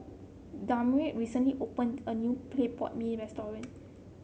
Damari recently opened a new Clay Pot Mee restaurant